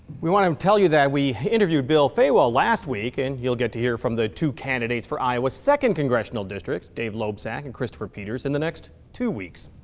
we want to um tell you that we interviewed bill fawell last week, and you'll get to hear from the two candidates for iowa's second congressional district, dave loebsack, and christopher peters, in the next two weeks.